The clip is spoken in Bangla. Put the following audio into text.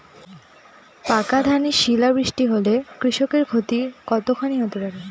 পাকা ধানে শিলা বৃষ্টি হলে কৃষকের ক্ষতি কতখানি হতে পারে?